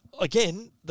again